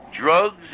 Drugs